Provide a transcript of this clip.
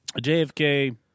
JFK